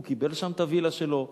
הוא קיבל שם את הווילה שלו,